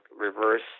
reverse